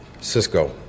Cisco